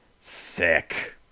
sick